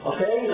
Okay